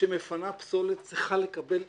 שמפנה פסולת צריכה לקבל אישור,